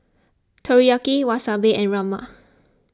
Teriyaki Wasabi and Rajma